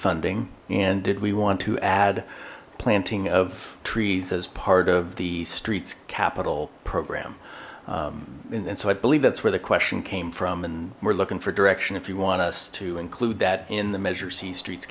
funding and did we want to add planting of trees as part of the streets capital program and so i believe that's where the question came from and we're looking for direction if you want us to include that in the measure see streets